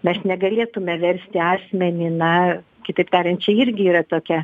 mes negalėtume versti asmenį na kitaip tariant čia irgi yra tokia